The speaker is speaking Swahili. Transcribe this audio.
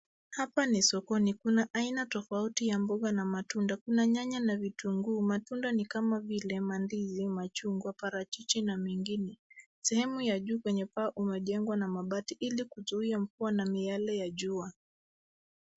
Hapa ni sokoni. Kuna aina tofauti ya mboga na matunda. Kuna nyanya na vitunguu. Matunda ni kama vile mandizi, machungwa, parachichi na mengine. Sehemu ya juu kwenye paa umejengwa na mabati ili kuzuia mvua na miale ya jua.